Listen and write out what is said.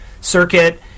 circuit